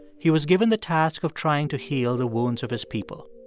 he was given the task of trying to heal the wounds of his people.